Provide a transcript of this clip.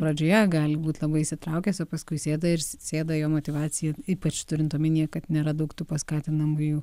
pradžioje gali būt labai įsitraukęs o paskui sėda ir sėda jo motyvacija ypač turint omenyje kad nėra daug tų paskatinamųjų